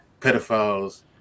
pedophiles